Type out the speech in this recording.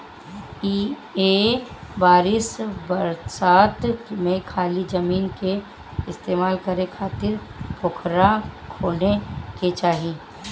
ए बरिस बरसात में खाली जमीन के इस्तेमाल करे खातिर पोखरा खोने के चाही